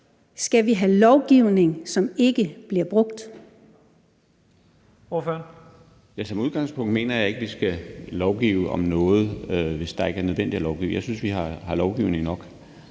Skal vi have lovgivning, som ikke bliver brugt?